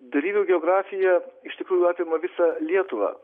dalyvių geografija iš tikrųjų apima visą lietuvą